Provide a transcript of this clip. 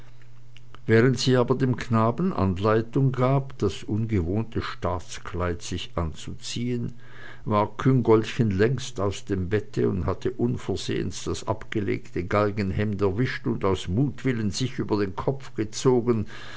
während sie aber dem knaben anleitung gab das ungewohnte staatskleid sich anzuziehen war küngoltchen längst aus dem bette und hatte unversehens das abgelegte galgenhemd erwischt und aus mutwillen sich über den kopf gezogen